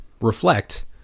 reflect